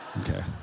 okay